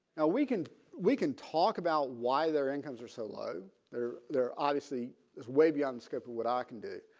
ah we can we can talk about why their incomes are so low there. there obviously is way beyond the scope of what i can do.